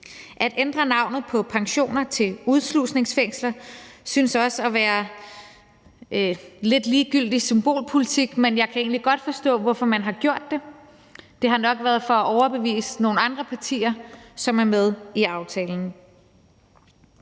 At ændre navnet på pensioner til udslusningsfængsler synes også at være lidt ligegyldig symbolpolitik, men jeg kan egentlig godt forstå, hvorfor man har gjort det. Det har nok været for at overbevise nogle andre partier, som er med i aftalen.